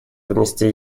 внести